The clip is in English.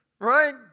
Right